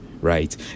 right